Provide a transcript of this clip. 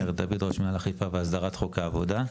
מאיר דוד מנהל האכיפה והסדרת חוק העבודה.